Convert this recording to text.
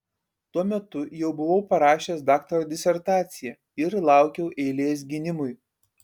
tuo metu jau buvau parašęs daktaro disertaciją ir laukiau eilės gynimui